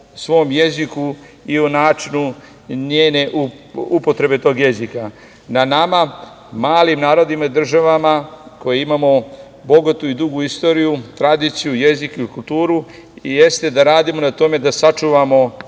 svom jeziku i o načinu upotrebe tog jezika. Na nama, malim narodima i državama koji imamo bogatu i dugu istoriju, tradiciju, jezik i kulturu, jeste da radimo na tome da sačuvamo